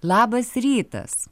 labas rytas